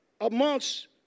amongst